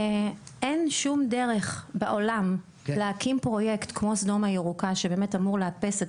אין שום דרך בעולם להקים פרויקט כמו סדום הירוקה שבאמת אמור לאפס את